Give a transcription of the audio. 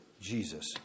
Jesus